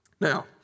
Now